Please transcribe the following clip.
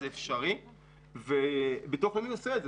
זה אפשרי וביטוח לאומי עושה את זה.